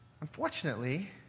Unfortunately